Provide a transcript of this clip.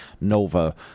Nova